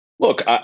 Look